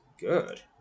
good